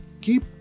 keep